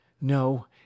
No